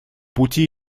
пути